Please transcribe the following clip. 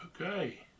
Okay